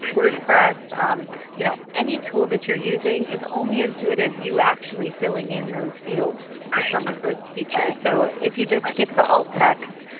word and press you know any tool that you're using is only as good as you actually filling in those fields for some of the features so if you just skip the alt text,